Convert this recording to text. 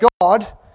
God